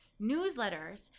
newsletters